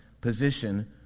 position